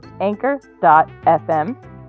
anchor.fm